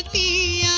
e